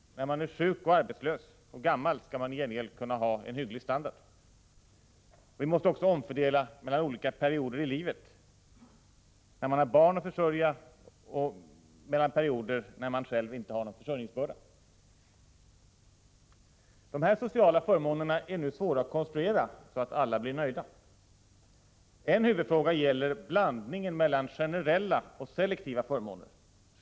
När man sedan är sjuk, arbetslös eller gammal skall man i gengäld kunna ha en hygglig standard. Vi måste också omfördela mellan perioder i livet när man har barn att försörja och perioder när man bara har sig själv att ta hand om. Det är svårt att konstruera de sociala förmånerna så att alla blir nöjda. En huvudfråga gäller blandningen mellan generella och selektiva förmåner.